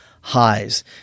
highs